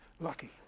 Lucky